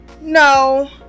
no